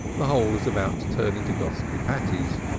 the whole is about to turn into gosky patties.